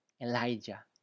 Elijah